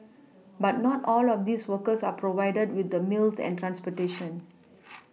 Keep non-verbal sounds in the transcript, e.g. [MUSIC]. but not all of these workers are provided with the meals and transportation [NOISE]